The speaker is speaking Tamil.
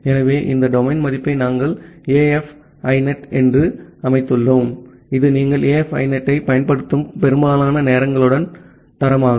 ஆகவே இந்த டொமைன் மதிப்பை நாங்கள் AF INET என அமைத்துள்ளோம் இது நீங்கள் AF INET ஐப் பயன்படுத்தும் பெரும்பாலான நேரங்களுக்கான தரமாகும்